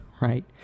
right